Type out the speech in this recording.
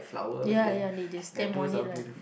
ya ya they they stamp only